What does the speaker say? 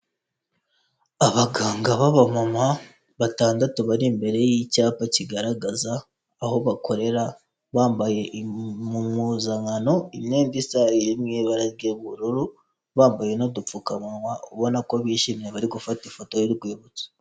Abaganga b'abamama batandatu bari imbere y'icyapa kigaragaza aho bakorera, bambaye impuzankano imyenda isa iri mu ibara ry'ubururu, bambaye n'udupfukamunwa ubona ko bishimye bari gufata ifoto y'urwibutso.